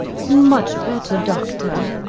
much better, doctor.